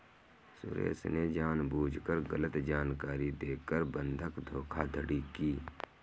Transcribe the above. सुरेश ने जानबूझकर गलत जानकारी देकर बंधक धोखाधड़ी की